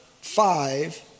five